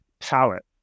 palette